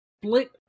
split